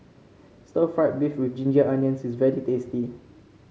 Stir Fried Beef with Ginger Onions is very tasty